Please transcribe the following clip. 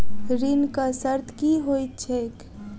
ऋणक शर्त की होइत छैक?